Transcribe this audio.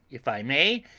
if i may,